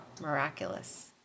miraculous